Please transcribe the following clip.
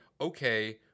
okay